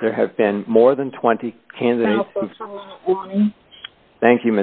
there have been more than twenty candidate thank you